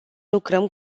lucrăm